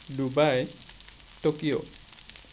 Dubai Tokyo